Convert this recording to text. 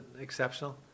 exceptional